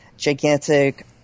Gigantic